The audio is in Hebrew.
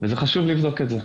וזה חשוב לבדוק את זה.